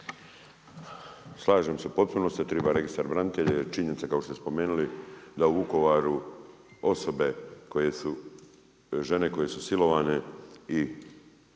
Slažem se u potpunosti da treba registar branitelja, jer je činjenica, kao što ste spomenuli, da u Vukovaru, osobe koje su, žene koje